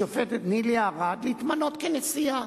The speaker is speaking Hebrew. השופטת נילי ארד, להתמנות לנשיאה.